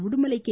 Udumalai K